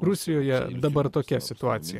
rusijoje dabar tokia situacija